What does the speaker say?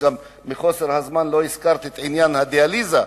מחוסר זמן לא הזכרתי את עניין הדיאליזה,